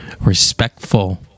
respectful